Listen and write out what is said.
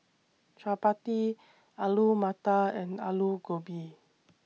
Chapati Alu Matar and Alu Gobi